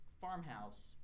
farmhouse